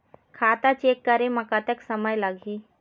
खाता चेक करे म कतक समय लगही?